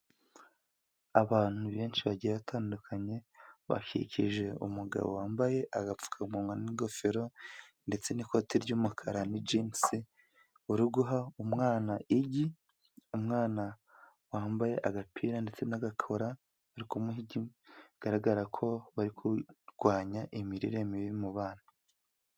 Abantu benshi bagiye batandukanye, bakikije umugabo wambaye agapfukamunwa n'ingofero ndetse n'ikoti ry'umukara, ni jingisi uri guha umwana igi, umwana wambaye agapira ndetse n'agakora, bigaragara ko bari kurwanya imirire mibi mu bana.